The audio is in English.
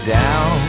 down